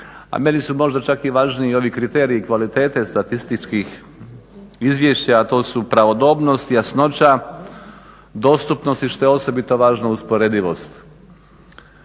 a meni su možda čak i važniji ovi kriteriji kvalitete statističkih izvješća, a to su pravodobnost, jasnoća, dostupnost i što je osobito važno usporedivost.